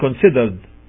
considered